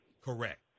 Correct